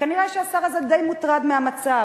כנראה שהשר הזה די מוטרד מהמצב,